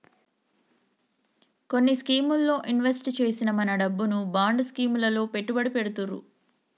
కొన్ని స్కీముల్లో ఇన్వెస్ట్ చేసిన మన డబ్బును బాండ్ స్కీం లలో పెట్టుబడి పెడతుర్రు